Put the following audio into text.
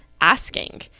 asking